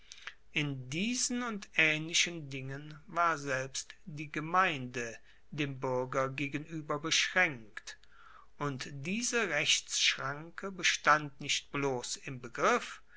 in diesen und aehnlichen dingen war selbst die gemeinde dem buerger gegenueber beschraenkt und diese rechtsschranke bestand nicht bloss im begriff